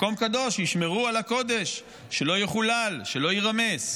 מקום קדוש, שישמרו על הקודש שלא יחולל, שלא יירמס.